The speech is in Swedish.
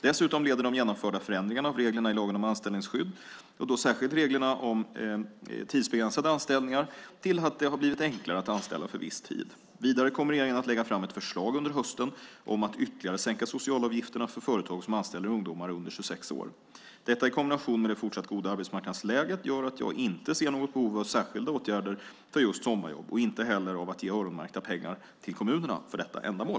Dessutom leder de genomförda förändringarna av reglerna i lagen om anställningsskydd, och då särskilt reglerna om tidsbegränsade anställningar, till att det har blivit enklare att anställa för viss tid. Vidare kommer regeringen att lägga fram ett förslag under hösten om att ytterligare sänka socialavgifterna för företag som anställer ungdomar under 26 år. Detta i kombination med det fortsatt goda arbetsmarknadsläget gör att jag inte ser något behov av särskilda åtgärder för just sommarjobb och inte heller av att ge öronmärkta pengar till kommunerna för detta ändamål.